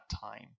time